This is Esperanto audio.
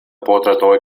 portretoj